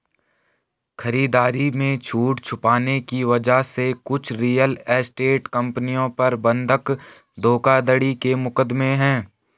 खरीदारी में छूट छुपाने की वजह से कुछ रियल एस्टेट कंपनियों पर बंधक धोखाधड़ी के मुकदमे हैं